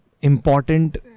important